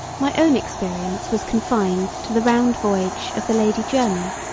my own experience was confined to the round voyage of the lady jermyn,